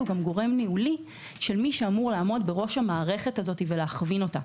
הוא גם גורם ניהולי של מי שאמור לעמוד בראש המערכת הזאת ולהכווין אותה.